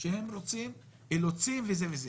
שפוליטיקאים רוצים להוציא וזה וזה.